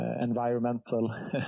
environmental